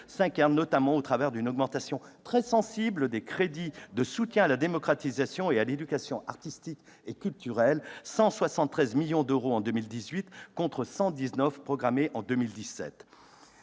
s'incarne notamment à travers une augmentation très sensible des crédits de soutien à la démocratisation et à l'éducation artistique et culturelle : 173 millions d'euros en 2018, contre 119 millions